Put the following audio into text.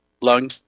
lung